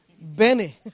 Benny